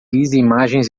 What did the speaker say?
imagens